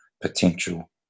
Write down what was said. potential